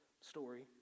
story